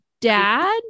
dad